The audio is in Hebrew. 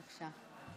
בבקשה.